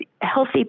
healthy